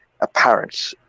apparent